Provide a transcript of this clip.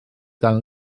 dan